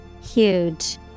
Huge